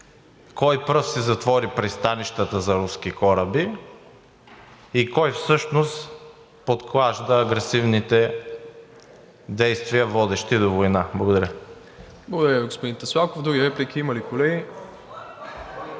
кой пръв си затвори пристанищата за руски кораби; и кой всъщност подклажда агресивните действия, водещи до война? Благодаря. ПРЕДСЕДАТЕЛ МИРОСЛАВ ИВАНОВ: Благодаря, господин Таслаков. Други реплики има ли, колеги?